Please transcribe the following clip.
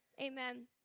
amen